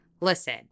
Listen